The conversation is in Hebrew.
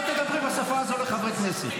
לא תדברי לחברי הכנסת בשפה הזו.